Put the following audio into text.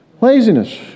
Laziness